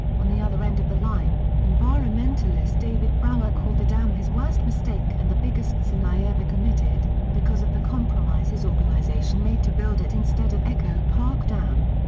on the other end of the line, environmentalist david brower called the dam his worst mistake and the biggest sin i ever committed because of the compromise his organization made to build it instead of echo park dam.